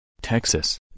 Texas